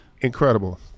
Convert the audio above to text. Incredible